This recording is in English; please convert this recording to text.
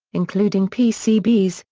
including pcbs,